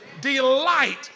delight